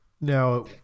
Now